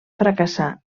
fracassar